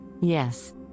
yes